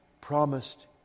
promised